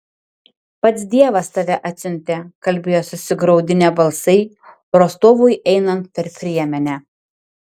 pats dievas tave atsiuntė kalbėjo susigraudinę balsai rostovui einant per priemenę